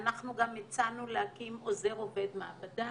אנחנו גם הצענו להקים עוזר עובד מעבדה